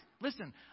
Listen